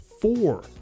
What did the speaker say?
four